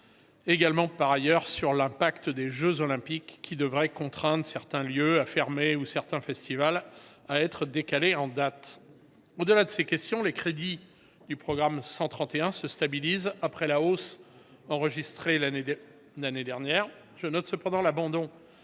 incidences des jeux Olympiques et Paralympiques, qui devraient contraindre certains lieux à fermer et certains festivals à être décalés. Au delà de ces questions, les crédits du programme 131 sont stabilisés après la hausse enregistrée l’année dernière. Je note cependant l’abandon